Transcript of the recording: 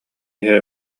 иһэ